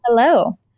Hello